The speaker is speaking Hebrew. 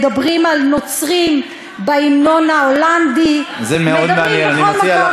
מדברים על נוצרים בהמנון ההולנדי, זה מאוד מעניין.